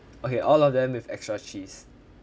okay all of them with extra cheese